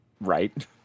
right